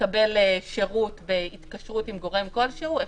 מקבל שירות בהתקשרות עם גורם כלשהו,